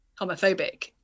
homophobic